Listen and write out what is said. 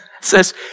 says